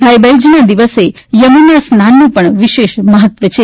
ભાઈબીજના દિવસે યમુના સ્નાનનું પણ વિશેષ મહત્વ છે